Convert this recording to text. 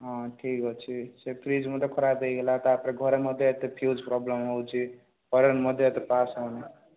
ହଁ ଠିକ୍ ଅଛି ସେ ଫ୍ରିଜ୍ ମଧ୍ୟ ଖରାପ ହେଇଗଲା ତା'ପରେ ଘରେ ମଧ୍ୟ ଏତେ ଫ୍ୟୁଜ୍ ପ୍ରୋବ୍ଲେମ୍ ହେଉଛି କରେଣ୍ଟ୍ ମଧ୍ୟ ଏତେ ପାସ୍ ହେଉନି